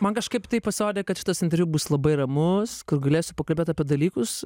man kažkaip taip pasirodė kad šitas interviu bus labai ramus kur galėsiu pakalbėt apie dalykus